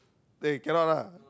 eh cannot lah